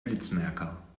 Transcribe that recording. blitzmerker